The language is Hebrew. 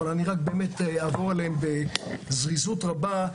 ואני אעבור עליהן בזריזות רבה.